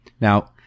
Now